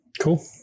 Cool